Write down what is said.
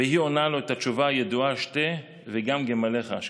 והיא עונה לו את התשובה הידועה: "שתה וגם גמליך אשקה".